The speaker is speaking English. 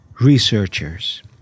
researchers